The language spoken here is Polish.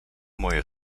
moje